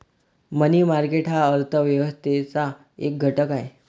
मनी market हा अर्थ व्यवस्थेचा एक घटक आहे